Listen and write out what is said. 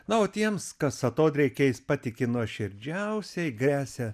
na o tiems kas atodrėkiais patiki nuoširdžiausiai gresia